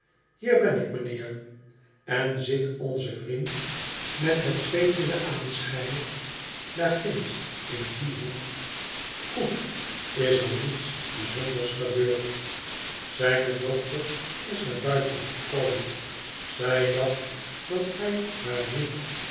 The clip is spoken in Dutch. ihier ben ik mijnheer en zit onze vriend met hetzweetende aanschijn daar ginds in dien hoek goed is er niets bijzonders gebeurd zijne dochter is naar buiten gekomen zij dacht dat hij haar riep